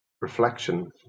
reflection